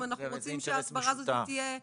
אם אנחנו רוצים שההסברה תהיה אפקטיבית.